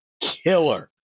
Killer